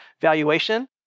valuation